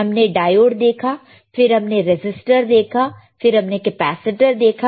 हमने डायोड देखा फिर हमने रजिस्टर देखा फिर हमने कैपेसिटर देखा